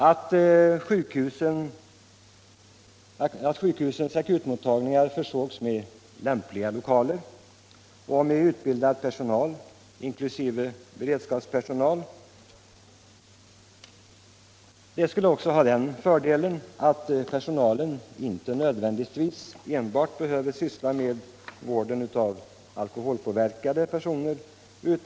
Att sjukhusens akutmottagningar försågs med lämpliga lokaler och med utbildad personal, inklusive beredskapspersonal, skulle också ha den fördelen att personalen inte enbart behövde syssla med vården av alkoholpåverkade personer.